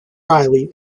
reilly